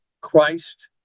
Christ